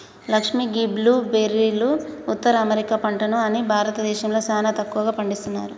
లక్ష్మీ గీ బ్లూ బెర్రీలు ఉత్తర అమెరికా పంట అని భారతదేశంలో సానా తక్కువగా పండిస్తున్నారు